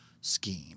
scheme